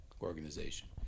organization